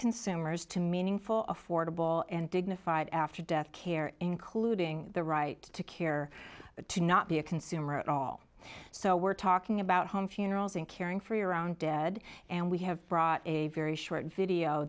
meaningful affordable and dignified after death care including the right to care to not be a consumer at all so we're talking about home funerals and caring for your own dead and we have brought a very short video